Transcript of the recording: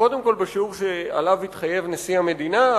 קודם כול בשיעור שעליו התחייב נשיא המדינה,